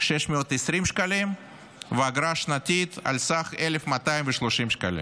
620 שקלים ואגרה שנתית על סך 1,230 שקלים.